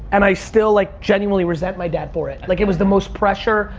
and i still, like, genuinely resent my dad for it. like, it was the most pressure,